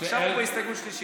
עכשיו הוא בהסתייגות השלישית.